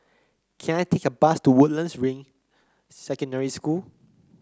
can I take a bus to Woodlands Ring Secondary School